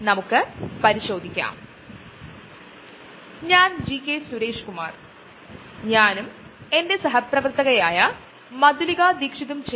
course സൈറ്റിൽ നിന്ന് നിങ്ങൾക്ക് ഡൌൺലോഡ് ചെയ്യാൻ കഴിയുന്ന ഫയലുകളിലൊന്നിൽ ഞാൻ വിശദാംശങ്ങൾ നൽകും അതൊരു നല്ല പുസ്തകമാണ്